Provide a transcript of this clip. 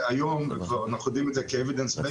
היום, אנחנו יודעים את זה כבר כ-Evidence Base.